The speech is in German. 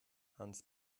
hans